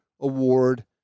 award